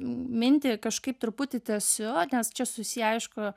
mintį kažkaip truputį tesiu nes čia susiję aišku